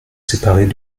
séparés